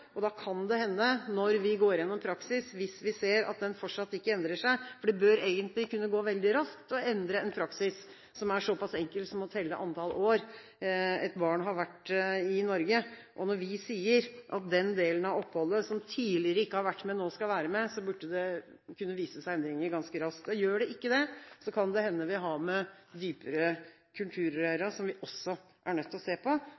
alvor. Da kan det hende, når vi går igjennom praksis, at vi ser at den fortsatt ikke har endret seg. Det bør egentlig kunne gå veldig raskt å endre en praksis som er såpass enkel som å telle antall år et barn har vært i Norge. Når vi sier at den delen av oppholdet som tidligere ikke har vært med, nå skal være med, burde det kunne vise seg endringer ganske raskt. Gjør det ikke det, kan det hende vi har med dypere kulturer å gjøre, som vi også er nødt til å se på.